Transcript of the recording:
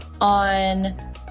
on